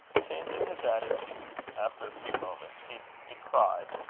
changing his attitude after a few moments, he descried,